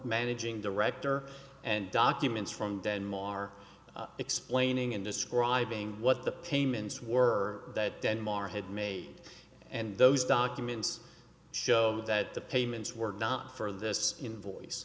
managing director and documents from denmark explaining and describing what the payments were that denmark had made and those documents show that the payments were not for this invoice